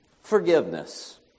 Forgiveness